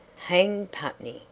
hang putney!